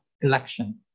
election